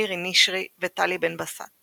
מירי נשרי וטלי בן בסט.